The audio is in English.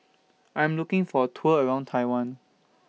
I'm looking For A Tour around Taiwan